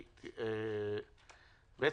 אם